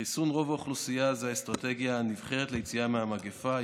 חיסון רוב האוכלוסייה הוא האסטרטגיה הנבחרת ליציאה מהמגפה.